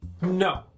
No